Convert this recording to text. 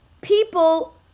people